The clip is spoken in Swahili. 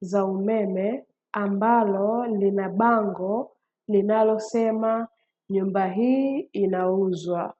za umeme, ambalo lina bango linalosema "Nyumba hii inauzwa".